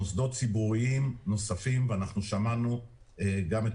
מוסדות ציבוריים נוספים נמצאים במגרש הזה: שמענו גם את